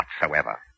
whatsoever